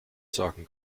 sagen